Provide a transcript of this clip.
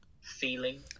feeling